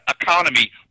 economy